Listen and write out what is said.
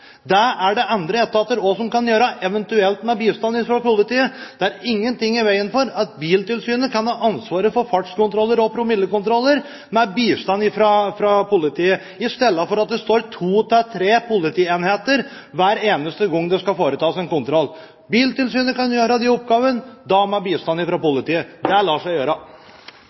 Det er det andre etater som også kan gjøre, eventuelt med bistand fra politiet. Det er ingenting i veien for at Biltilsynet kan ha ansvaret for fartskontroller og promillekontroller med bistand fra politiet i stedet for at to–tre politienheter hver eneste gang skal foreta kontrollene. Biltilsynet kan gjøre de oppgavene med bistand fra politiet. Det lar seg gjøre!